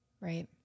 Right